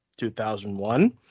2001